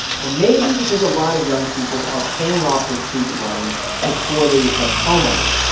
or maybe because a lot of young people are paying off their student loans before they become homeowners.